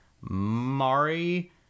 Mari